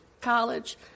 college